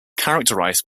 characterized